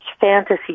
fantasy